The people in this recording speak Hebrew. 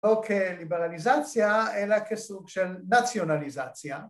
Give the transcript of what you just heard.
‫לא כליברליזציה, ‫אלא כסוג של נציונליזציה.